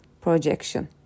projection